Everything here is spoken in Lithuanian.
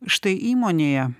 štai įmonėje